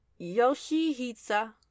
Yoshihitsa